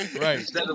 Right